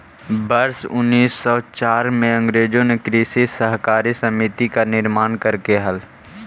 वर्ष उनीस सौ चार में अंग्रेजों ने कृषि सहकारी समिति का निर्माण करकई हल